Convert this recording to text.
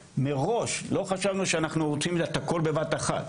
מראש, לא חשבנו שאנחנו רוצים את הכול בבת אחת.